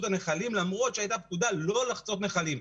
את הנחלים למרות שהייתה פקודה לא לחצות נחלים.